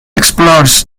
explores